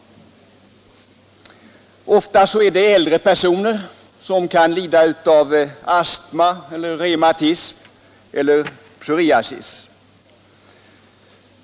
Ofta är det äldre personer som lider t.ex. av astma, reumatism eller psoriasis.